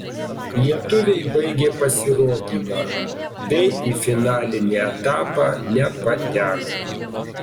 lietuviai baigė pasirodymą bei į finalinį etapą nepateko